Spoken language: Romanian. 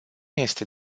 este